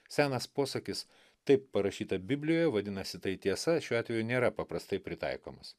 senas posakis taip parašyta biblijoje vadinasi tai tiesa šiuo atveju nėra paprastai pritaikomas